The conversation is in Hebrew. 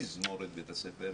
תזמורת בית הספר,